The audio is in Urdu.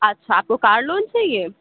اچھا آپ کو کار لون چاہیے